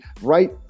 right